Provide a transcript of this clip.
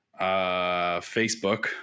Facebook